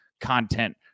content